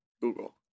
Google